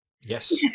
yes